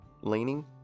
leaning